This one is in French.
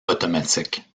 automatique